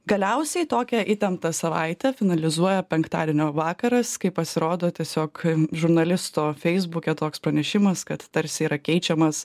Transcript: galiausiai tokią įtemptą savaitę finalizuoja penktadienio vakaras kai pasirodo tiesiog žurnalisto feisbuke toks pranešimas kad tarsi yra keičiamas